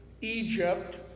Egypt